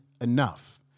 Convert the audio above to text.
enough